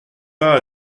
pas